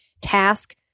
task